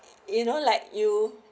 you know like you